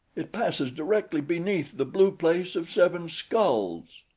it passes directly beneath the blue place of seven skulls.